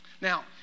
Now